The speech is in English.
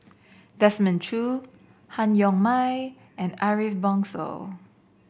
Desmond Choo Han Yong May and Ariff Bongso